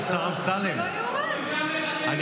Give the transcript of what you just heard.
על תיקון בדרך של חקיקה,